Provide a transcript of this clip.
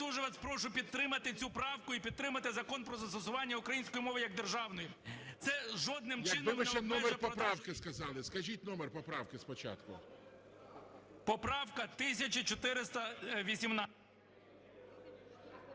дуже вас прошу підтримати цю правку і підтримати Закон про застосування української мови як державної. Це жодним чином ... (Не чути) ГОЛОВУЮЧИЙ. Якби ви ще номер поправки сказали. Скажіть номер поправки спочатку. 15:31:43